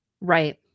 right